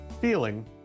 feeling